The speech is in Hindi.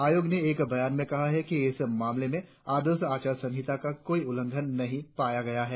आयोग ने एक बयान में कहा कि इस मामले में आदर्श आचार संहिता का कोई उल्लंघन नहीं पाया गया है